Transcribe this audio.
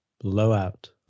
blowout